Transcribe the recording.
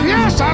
Yes